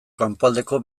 kanpoaldeko